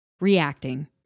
reacting